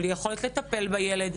בלי יכולת לטפל בילד,